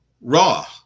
Raw